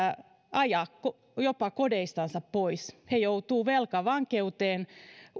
ajaa jopa kodeistansa pois he joutuvat velkavankeuteen